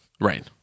Right